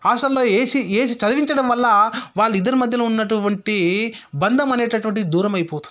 హాస్టల్లో AC AC చదివించడం వల్ల వాళ్ళు ఇద్దరి మధ్యన ఉన్నటువంటి బంధం అనేటటువంటి దూరమైపోతుంది